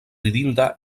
ridinda